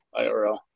IRL